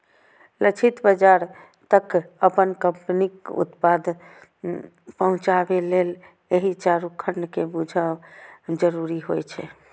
लक्षित बाजार तक अपन कंपनीक उत्पाद पहुंचाबे लेल एहि चारू खंड कें बूझब जरूरी होइ छै